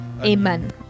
Amen